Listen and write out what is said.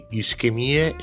ischemie